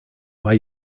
why